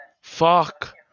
Fuck